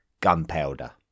gunpowder